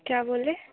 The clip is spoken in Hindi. क्या बोले